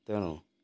ତେଣୁ